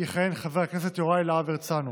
יכהן חבר הכנסת יוראי להב הרצנו.